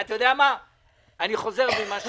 שגית מציעה לי שאני אוציא מכתב על זה,